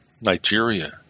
Nigeria